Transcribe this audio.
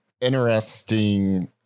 interesting